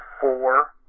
four